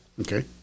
Okay